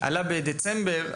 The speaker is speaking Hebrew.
בדצמבר,